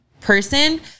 person